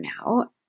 now